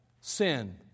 sin